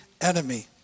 enemy